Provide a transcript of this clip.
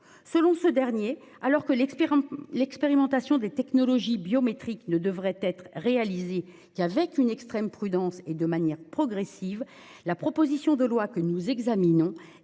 Selon ce dernier, alors que l'expérimentation des technologies biométriques ne devrait être réalisée qu'« avec une extrême prudence et de manière progressive », la proposition de loi que nous examinons